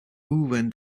went